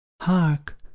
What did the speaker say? Hark